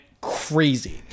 crazy